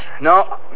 No